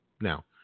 Now